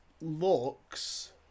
looks